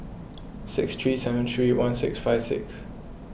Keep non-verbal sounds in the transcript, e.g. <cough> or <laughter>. <noise> six three seven three one six five six